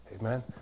Amen